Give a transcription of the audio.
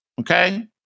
okay